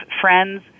friends